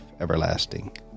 everlasting